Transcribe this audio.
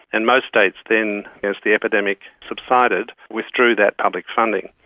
and most states then, as the epidemic subsided, withdrew that public funding.